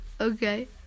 Okay